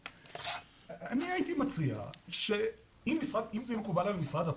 אני הייתי מציע שאם זה יהיה מחובר למשרד הפנים,